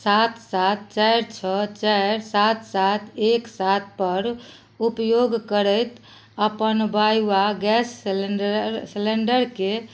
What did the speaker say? सात सात चारि छओ चारि सात सात एक सात पर उपयोग करैत अपन वाइवा गैस सलेंडरके